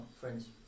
friends